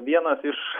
vienas iš